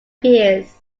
pierce